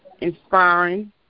inspiring